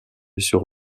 sur